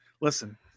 Listen